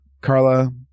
Carla